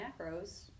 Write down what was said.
macros